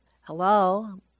Hello